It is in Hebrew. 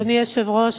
אדוני היושב-ראש,